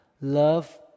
love